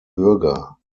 bürger